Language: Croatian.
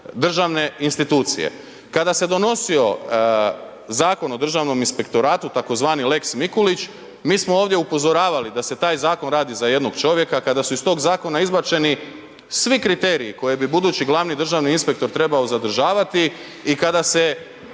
državne institucije. Kada se donosio Zakon o državnom inspektoratu tzv. lex Mikulić, mi smo ovdje upozoravali da se taj zakon radi za jednog čovjeka kada su iz tog zakona izbačeni svi kriteriji koje bi budući glavni državni inspektor trebao zadržavati i kada se